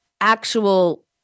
actual